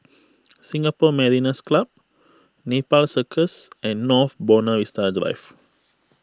Singapore Mariners' Club Nepal Circus and North Buona Vista Drive